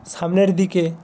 সামনের দিকে